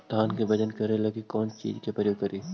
धान के बजन करे लगी कौन चिज के प्रयोग करि?